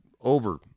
over